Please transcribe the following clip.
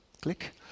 click